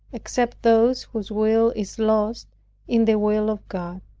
except those whose will is lost in the will of god.